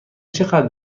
چقدر